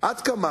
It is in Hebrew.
עד כמה